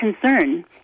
concern